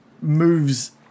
moves